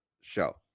show